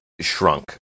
shrunk